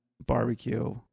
barbecue